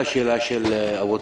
בהמשך לשאלה של אבוטבול,